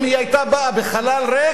אם היא היתה באה בחלל ריק,